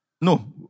No